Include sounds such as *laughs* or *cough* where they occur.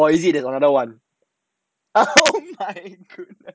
or is it another one *laughs*